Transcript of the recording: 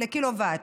לקילוואט.